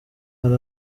hari